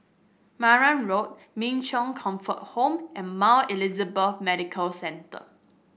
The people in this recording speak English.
Marang Road Min Chong Comfort Home and Mount Elizabeth Medical Centre